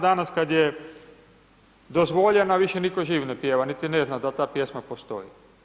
Danas kada je dozvoljena više nitko živ ne pjeva niti ne zna da ta pjesma postoji.